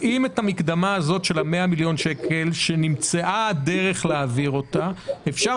האם את המקדמה זאת של ה-100 מיליון שקל שנמצאה הדרך להעביר אפשר